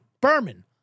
Berman